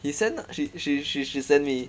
he send ah she she she she sent me